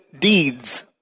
deeds